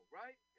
right